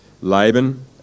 Laban